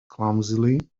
clumsily